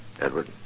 Edward